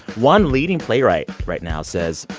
one leading playwright right now says,